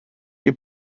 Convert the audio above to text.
you